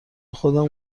خودم